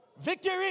Victory